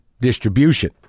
distribution